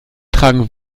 tragen